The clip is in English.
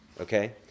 okay